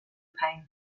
pain